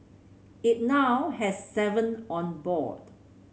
it now has seven on board